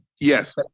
Yes